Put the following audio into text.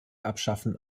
abschaffen